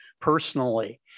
personally